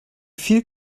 viel